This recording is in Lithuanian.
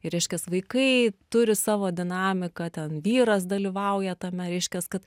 ir reiškias vaikai turi savo dinamiką ten vyras dalyvauja tame reiškias kad